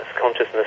consciousness